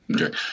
Okay